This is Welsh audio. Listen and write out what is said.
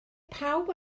pawb